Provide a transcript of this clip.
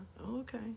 Okay